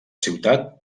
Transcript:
ciutat